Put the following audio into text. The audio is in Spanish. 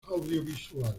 audiovisuales